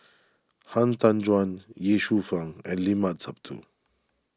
Han Tan Juan Ye Shufang and Limat Sabtu